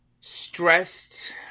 stressed